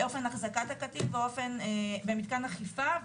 אופן ההחזקה של קטין במתקן אכיפה,